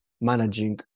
managing